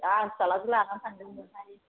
आंहा फिसाज्लाखौ लानानै थांदोंमोनहाय